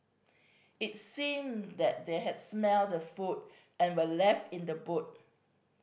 it seemed that they had smelt the food and were left in the boot